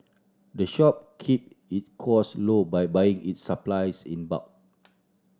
the shop keep its cost low by buying its supplies in bulk